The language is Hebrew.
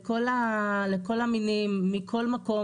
לכל המינים, מכל מקום.